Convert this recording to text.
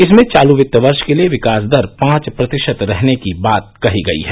इसमें चालू वित्त वर्ष के लिए विकास दर पांच प्रतिशत रहने की बात कही गई है